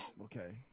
Okay